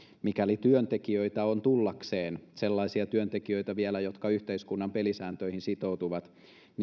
mikäli työntekijöitä on tullakseen sellaisia työntekijöitä vielä jotka yhteiskunnan pelisääntöihin sitoutuvat